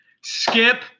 skip